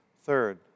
Third